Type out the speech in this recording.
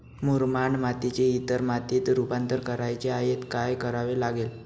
मुरमाड मातीचे इतर मातीत रुपांतर करायचे आहे, काय करावे लागेल?